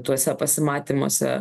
tuose pasimatymuose